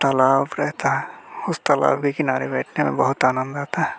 तालाब रहता है उस तालाब के किनारे बैठने में बहुत आनंद आता है